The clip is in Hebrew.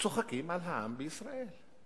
צוחקים על העם בישראל.